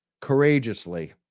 courageously